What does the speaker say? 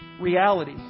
reality